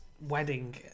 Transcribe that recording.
wedding